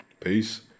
Peace